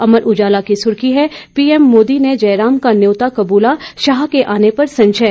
अमर उजाला की सुर्खी है पीएम मोदी ने जयराम का न्योता कबूला शाह के आने पर संशय